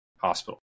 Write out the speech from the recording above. hospital